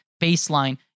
baseline